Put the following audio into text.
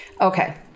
Okay